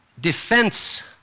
defense